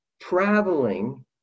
traveling